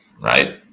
right